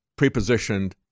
prepositioned